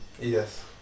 Yes